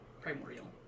primordial